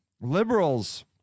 liberals